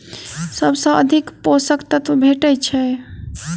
सबसँ अधिक पोसक तत्व भेटय छै?